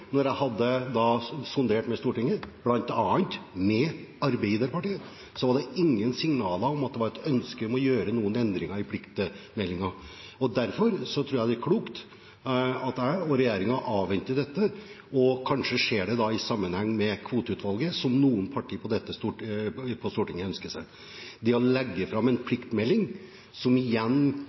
jeg sonderte med Stortinget, bl.a. med Arbeiderpartiet, var det signaler om at det var et ønske om å gjøre noen endringer i pliktmeldingen. Derfor tror jeg det er klokt at jeg og regjeringen avventer dette og kanskje ser det i sammenheng med Kvoteutvalget, som noen partier på Stortinget ønsker seg. Det å legge fram en pliktmelding som igjen